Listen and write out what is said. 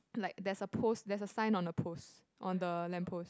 like there's a post there's a sign on the post on the lamp post